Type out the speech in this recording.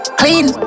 clean